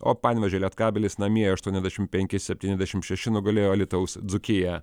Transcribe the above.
o panevėžio lietkabelis namie aštuoniasdešimt penki septyniasdešimt šeši nugalėjo alytaus dzūkiją